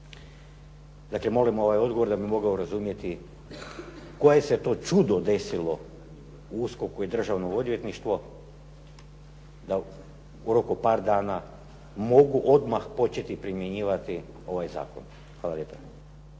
Dakle, molimo ovaj odgovor da bi mogao razumjeti koje se to čudo desilo u USKOK-u i državno odvjetništvo da u roku par dana mogu odmah početi primjenjivati ovaj zakon. Hvala lijepa.